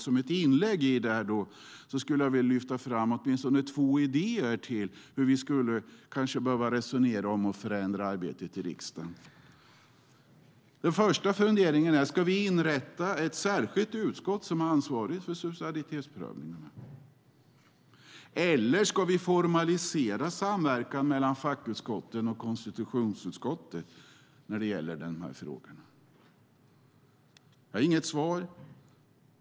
Som ett inlägg skulle jag vilja lyfta fram två idéer om hur vi kanske skulle behöva resonera om att förändra arbetet i riksdagen: Ska vi inrätta ett särskilt utskott med ansvar för subsidiaritetsprövningarna? Eller ska vi formalisera samverkan mellan fackutskotten och konstitutionsutskottet när det gäller de här frågorna? Jag har inget svar.